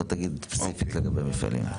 תגיד ספציפית לגבי מפעלים.